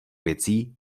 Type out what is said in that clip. věcí